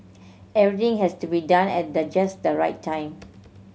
everything has to be done at the just the right time